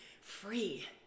free